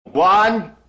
One